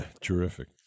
Terrific